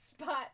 spot